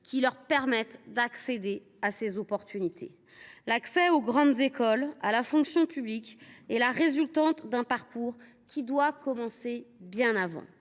qui leur permettent d’accéder aux filières qui sont ici visées. L’accès aux grandes écoles et à la fonction publique est la résultante d’un parcours qui doit commencer bien avant